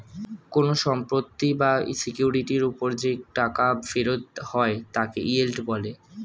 কোন সম্পত্তি বা সিকিউরিটির উপর যে টাকা ফেরত হয় তাকে ইয়েল্ড বলে